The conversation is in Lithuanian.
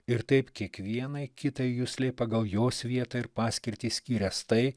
ir taip kiekvienai kitai juslei pagal jos vietą ir paskirtį skyręs tai